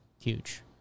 Huge